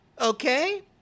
Okay